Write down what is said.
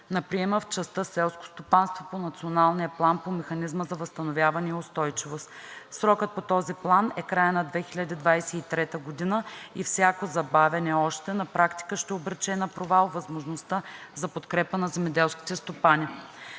на приема в частта „селско стопанство“ по Националния план по Механизма за възстановяване и устойчивост. Срокът по този план е краят на 2023 г. и всяко забавяне още на практика ще обрече на провал възможността за подкрепа на земеделските стопани.